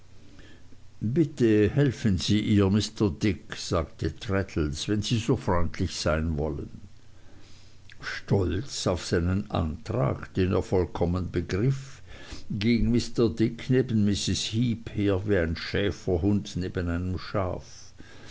bitte helfen sie ihr mr dick sagte traddles wenn sie so freundlich sein wollen stolz auf seinen antrag den er vollkommen begriff ging mr dick neben mrs heep her wie ein schäferhund neben einem schaf